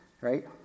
right